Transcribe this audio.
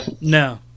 No